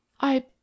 I